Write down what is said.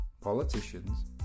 politicians